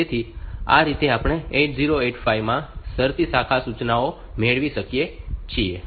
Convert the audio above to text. તેથી આ રીતે આપણે 8085 માં આ શરતી શાખા સૂચનાઓ મેળવી શકીએ છીએ